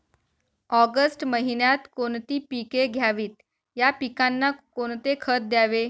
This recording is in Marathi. ऑगस्ट महिन्यात कोणती पिके घ्यावीत? या पिकांना कोणते खत द्यावे?